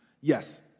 Yes